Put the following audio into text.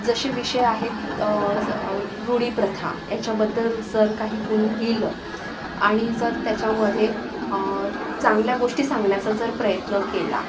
जसे विषय आहेत च रूढी प्रथा याच्याबद्दल जर काही कुणी लिहिलं आणि जर त्याच्यामध्ये चांगल्या गोष्टी सांगण्याचा जर प्रयत्न केला